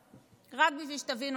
רק בשביל שתבינו איך זה עובד: